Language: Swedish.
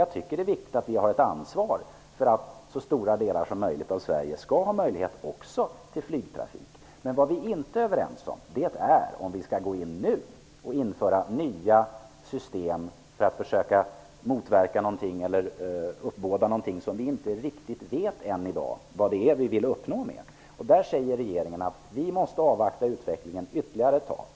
Jag tycker att det är viktigt att vi har ett ansvar för att se till att så stora delar av Sverige som möjligt skall ha möjlighet också till flygtrafik. Vad vi inte är överens om är om vi nu skall införa nya system för att försöka uppbåda någonting när vi inte riktigt vet i dag vad vi vill uppnå. Där säger regeringen att vi måste avvakta utvecklingen ytterligare ett tag.